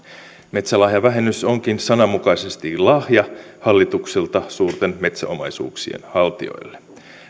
metsälahjavähennys onkin sananmukaisesti lahja hallitukselta suurten metsäomaisuuksien haltijoille